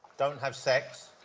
don't have sex.